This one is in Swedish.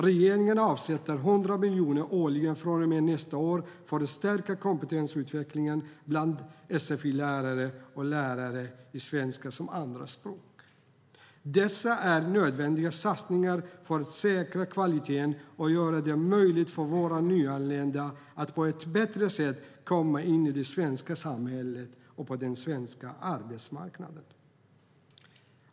Regeringen avsätter 100 miljoner årligen från och med nästa år för att stärka kompetensutvecklingen bland sfi-lärare och lärare i svenska som andraspråk. Detta är nödvändiga satsningar för att säkra kvaliteten och göra det möjligt för våra nyanlända att på ett bättre sätt komma in i det svenska samhället och på den svenska arbetsmarknaden.